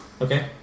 Okay